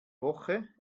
woche